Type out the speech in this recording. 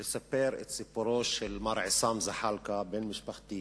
לספר את סיפורו של מר עסאם זחאלקה, בן משפחתי,